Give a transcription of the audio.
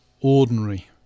ordinary